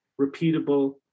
repeatable